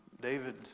David